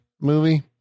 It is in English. movie